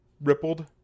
rippled